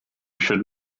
should